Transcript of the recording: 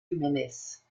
jiménez